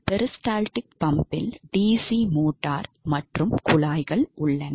peristaltic பம்பில் DC motor மற்றும் குழாய்கள் உள்ளன